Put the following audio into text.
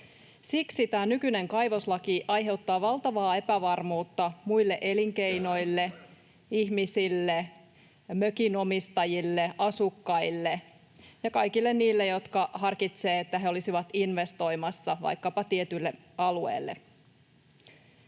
Siksi tämä nykyinen kaivoslaki aiheuttaa valtavaa epävarmuutta muille elinkeinoille ja ihmisille — mökinomistajille, asukkaille ja kaikille niille, jotka harkitsevat, että he olisivat investoimassa vaikkapa tietylle alueelle.